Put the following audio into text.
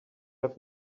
have